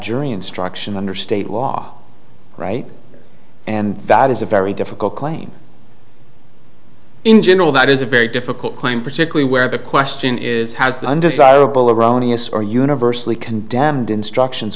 jury instruction under state law right and that is a very difficult claim in general that is a very difficult claim particularly where the question is has the undecidable erroneous or universally condemned instructions